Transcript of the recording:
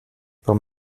warum